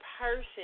person